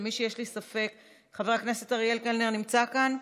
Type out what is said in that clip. למי שיש לי ספק, חבר הכנסת אריאל קלנר נמצא כאן?